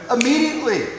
immediately